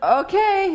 okay